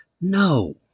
No